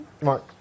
Right